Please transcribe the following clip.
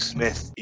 Smith